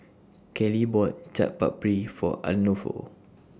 Kaley bought Chaat Papri For Arnulfo